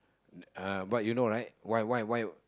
uh but you know right why why why